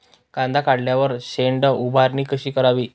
कांदा काढल्यावर शेड उभारणी कशी करावी?